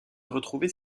retrouver